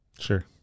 Sure